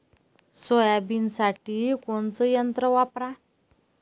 सोयाबीनसाठी कोनचं यंत्र वापरा?